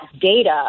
data